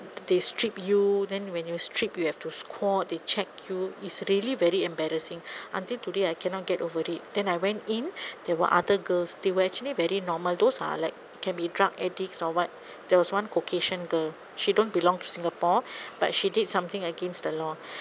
they strip you then when you're stripped you have to squat they check you it's really very embarrassing until today I cannot get over it then I went in there were other girls they were actually very normal those are like can be drug addicts or what there was one caucasian girl she don't belong to singapore but she did something against the law